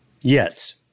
yes